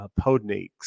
podniks